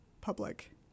public